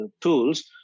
tools